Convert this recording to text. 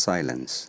Silence